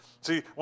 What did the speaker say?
See